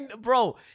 bro